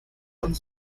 und